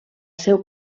seu